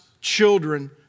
children